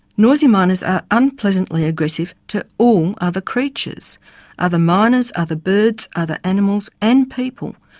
noisy miners are unpleasantly aggressive to all other creatures other miners, other birds, other animals and people,